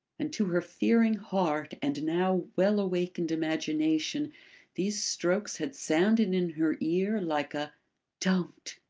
and to her fearing heart and now well-awakened imagination these strokes had sounded in her ear like a don't!